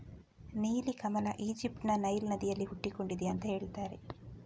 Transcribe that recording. ನೀಲಿ ಕಮಲ ಈಜಿಪ್ಟ್ ನ ನೈಲ್ ನದಿಯಲ್ಲಿ ಹುಟ್ಟಿಕೊಂಡಿದೆ ಅಂತ ಹೇಳ್ತಾರೆ